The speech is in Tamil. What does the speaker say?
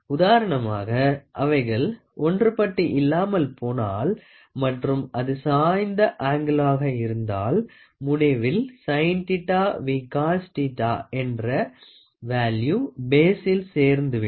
உதாரணமாக அவைகள் ஒன்றுபட்டு இல்லாமல் போனால் மற்றும் அது சாய்ந்த அங்கிளாக இருந்தாள் முடிவில் sinθ∨cosθ என்ற வேல்யு பேசில் சேர்ந்துவிடும்